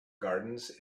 gardens